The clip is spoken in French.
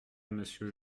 monsieur